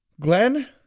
Glenn